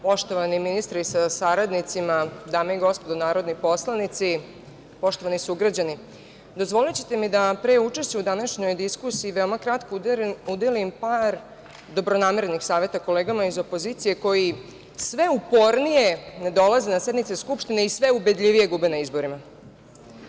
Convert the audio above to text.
Poštovani ministre sa saradnicima, dame i gospodo narodni poslanici, poštovani sugrađani, dozvolićete mi da pre učešća u današnjoj diskusiji veoma kratko udelim par dobronamernih saveta kolegama iz opozicije koji sve upornije ne dolaze na sednice Skupštine i sve ubedljivije gube na izborima.